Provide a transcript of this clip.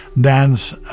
dance